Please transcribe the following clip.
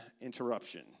interruption